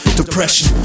depression